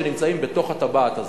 שנמצאים בתוך הטבעת הזאת,